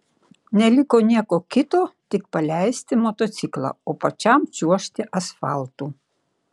neliko nieko kito tik paleisti motociklą o pačiam čiuožti asfaltu